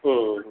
ம் ம் ம்